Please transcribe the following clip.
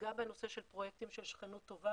גם בנושא של פרויקטים של שכנות טובה